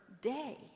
day